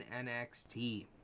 nxt